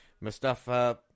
Mustafa